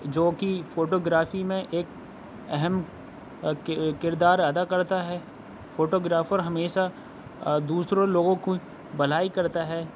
جو کہ photography میں ایک اہم کہ کردار ادا کرتا ہے فوٹو گرافر ہمیشہ دوسروں لوگوں کو بھلائی کرتا ہے